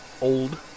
old